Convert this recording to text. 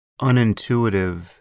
unintuitive